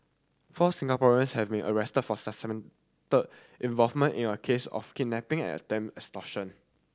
four Singaporeans have been arrested for suspected involvement in a case of kidnapping and attempted extortion